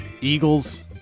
Eagles